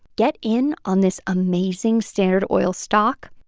get in on this amazing standard oil stock,